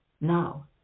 now